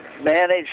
managed